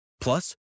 Plus